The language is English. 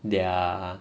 their